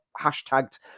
hashtagged